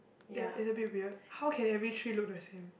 ya is a bit weird how can every tree look the same